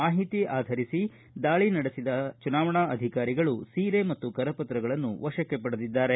ಮಾಹಿತಿ ಆಧರಿಸಿ ದಾಳಿ ಮಾಡಿದ ಚುನಾವಣಾ ಅಧಿಕಾರಿಗಳು ಸೀರೆ ಮತ್ತು ಕರಪತ್ರಗಳನ್ನು ವಶಕ್ಕೆ ಪಡೆದಿದ್ದಾರೆ